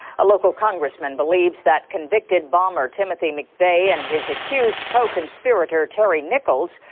a local congressman believes that convicted bomber timothy mcveigh and his accused co-conspirator, terry nichols,